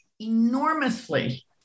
enormously